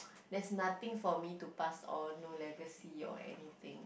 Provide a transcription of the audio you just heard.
there's nothing for me to pass on no legacy or anything